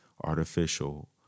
artificial